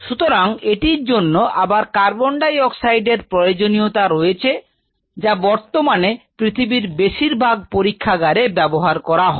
সুতরাং এটির জন্য আবার কার্বন ডাই অক্সাইডের প্রয়োজনীয়তা রয়েছে যা বর্তমানে পৃথিবীর বেশিরভাগ পরীক্ষাগারে ব্যবহার করা হয়